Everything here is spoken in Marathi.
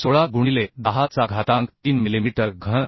16 गुणिले 10 घातांक 3 मिलिमीटर घन